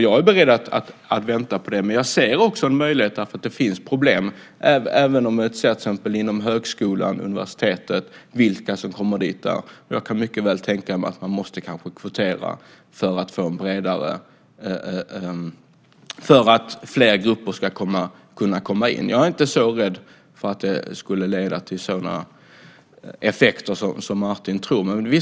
Jag är beredd att vänta på det, men jag ser också detta som en möjlighet. Det finns problem även inom högskola och universitet med vilka som kommer dit, och jag kan mycket väl tänka mig att man kanske måste kvotera för att fler grupper ska kunna komma in. Jag är inte så rädd för att det skulle leda till sådana effekter som Martin tror.